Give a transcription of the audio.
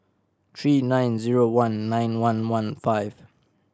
three nine zero one nine one one five